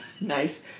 Nice